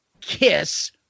Kiss